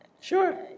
Sure